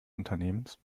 unternehmens